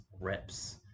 reps